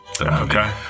okay